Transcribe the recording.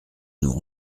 nous